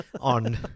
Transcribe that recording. on